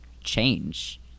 change